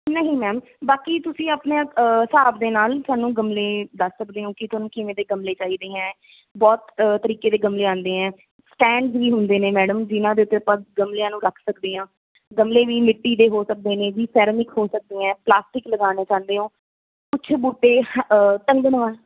ਨਹੀਂ ਮੈਮ ਬਾਕੀ ਤੁਸੀਂ ਆਪਣੇ ਹਿਸਾਬ ਦੇ ਨਾਲ ਸਾਨੂੰ ਗਮਲੇ ਦੱਸ ਸਕਦੇ ਹੋ ਕਿ ਤੁਹਾਨੂੰ ਕਿਵੇਂ ਦੇ ਗਮਲੇ ਚਾਹੀਦੇ ਹੈ ਬਹੁਤ ਤਰੀਕੇ ਦੇ ਗਮਲੇ ਆਉਂਦੇ ਹੈ ਸਟੈਂਡ ਵੀ ਹੁੰਦੇ ਨੇ ਮੈਡਮ ਜਿਨ੍ਹਾਂ ਦੇ ਉੱਤੇ ਆਪਾਂ ਗਮਲਿਆਂ ਨੂੰ ਰੱਖ ਸਕਦੇ ਹਾਂ ਗਮਲੇ ਵੀ ਮਿੱਟੀ ਦੇ ਹੋ ਸਕਦੇ ਨੇ ਜੀ ਸੈਰਾਮਿਕ ਹੋ ਸਕਦੇ ਹੈ ਪਲਾਸਟਿਕ ਲਗਾਉਣੇ ਚਾਹੁੰਦੇ ਹੋ ਕੁਛ ਬੂਟੇ ਟੰਗਣਾ